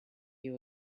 you